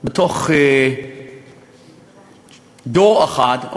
בתוך דור אחד.